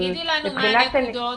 תגידי לנו מה הנקודות.